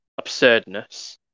absurdness